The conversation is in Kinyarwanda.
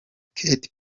katy